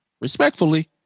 respectfully